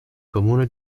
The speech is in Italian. comune